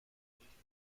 richtung